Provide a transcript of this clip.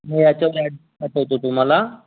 ह्याच्यावरून ॲड्रेस पाठवतो तुम्हाला